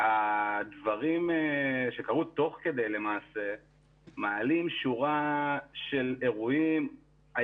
הדברים שקרו תוך כדי מעלים שורה של אירועים.